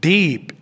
Deep